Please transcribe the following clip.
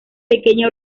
pequeña